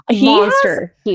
monster